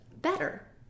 better